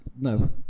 no